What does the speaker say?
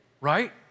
right